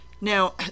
Now